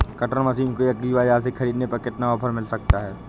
Cutter machine को agri बाजार से ख़रीदने पर कितना ऑफर मिल सकता है?